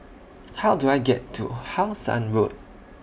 How Do I get to How Sun Road